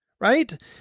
right